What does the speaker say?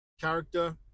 character